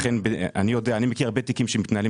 אני מכיר הרבה תיקים כאלה שמתנהלים